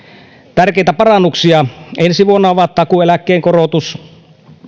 tärkeitä parannuksia ensi vuonna ovat takuueläkkeen korotus